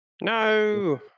No